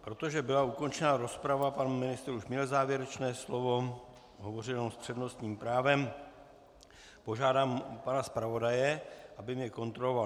Protože byla ukončena rozprava, pan ministr už měl závěrečné slovo, hovořil s přednostním právem, požádám pana zpravodaje, aby mě kontroloval.